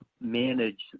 manage